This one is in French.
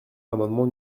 l’amendement